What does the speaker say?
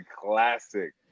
classic